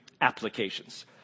applications